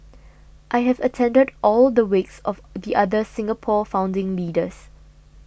I have attended all the wakes of the other Singapore founding leaders